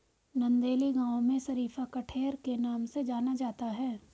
नंदेली गांव में शरीफा कठेर के नाम से जाना जाता है